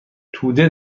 توده